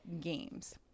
games